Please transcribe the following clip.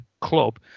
club